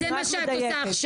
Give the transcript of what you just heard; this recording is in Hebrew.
זה מה שאת עושה עכשיו.